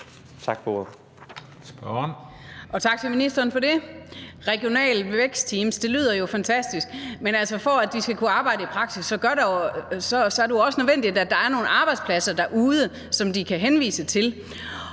Tak for ordet.